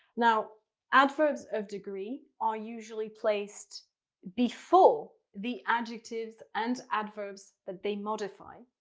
now adverbs of degree are usually placed before the adjectives and adverbs that they modify.